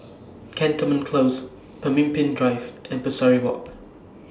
Cantonment Close Pemimpin Drive and Pesari Walk